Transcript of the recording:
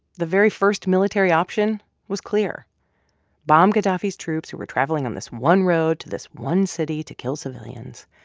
the very first military option was clear bomb gaddafi's troops who were traveling on this one road to this one city to kill civilians.